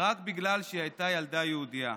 רק בגלל שהיא הייתה ילדה יהודייה.